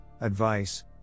advice